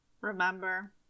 remember